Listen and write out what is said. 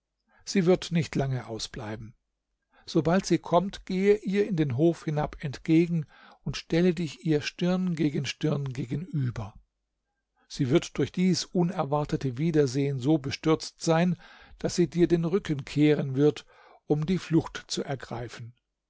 sie wird nicht lange ausbleiben sobald sie kommt gehe ihr in den hof hinab entgegen und stelle dich ihr stirn gegen stirn gegenüber sie wird durch dieses unerwartete wiedersehen so bestürzt sein daß sie dir den rücken kehren wird um die flucht zu ergreifen